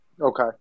Okay